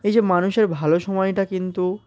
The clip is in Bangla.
এই যে মানুষের ভালো সময়টা কিন্তু